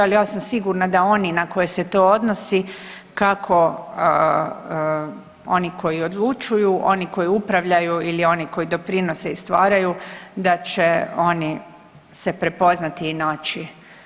Ali ja sam sigurna da oni na koje se to odnosi kako oni koji odlučuju, oni koji upravljaju ili oni koji doprinose i stvaraju da će oni se prepoznati i naći.